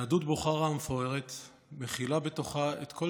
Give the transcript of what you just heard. יהדות בוכרה המפוארת מכילה בתוכה את כל